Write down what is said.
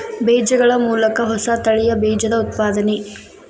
ಬೇಜಗಳ ಮೂಲಕ ಹೊಸ ತಳಿಯ ಬೇಜದ ಉತ್ಪಾದನೆ